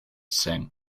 singh